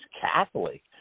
Catholic